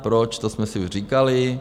Proč, to jsme si už říkali.